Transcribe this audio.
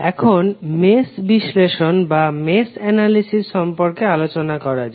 এখন মেশ বিশ্লেষণ সম্পর্কে আলোচনা করা যাক